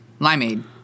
Limeade